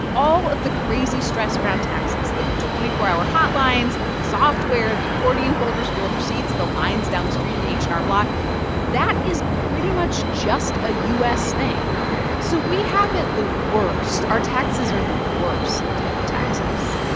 all of the crazy stress around taxes the twenty four hour hotlines, the software, the accordion folders full of receipts, the lines down the street at h and r block that is pretty much just a u s. thing so we have it the worst? our taxes are the worst taxes?